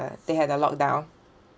uh they had a lockdown